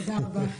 תודה רבה.